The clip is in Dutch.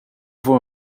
voor